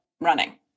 running